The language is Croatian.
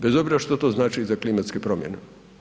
Bez obzira što to znači za klimatske promjene.